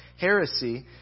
heresy